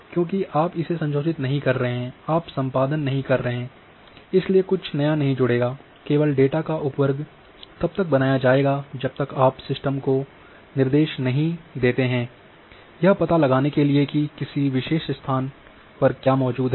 क्योंकि आप इसे संशोधित नहीं कर रहे हैं आप संपादन नहीं कर रहे हैं इसलिए कुछ नया नहीं जुड़ेगा केवल डेटा का उपवर्ग तब तक बनाया जाएगा जब तक आप सिस्टम को निर्देश नहीं देते हैं यह पता लगाने के लिए कि किसी विशेष स्थान पर क्या मौजूद है